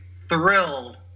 thrilled